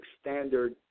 Standard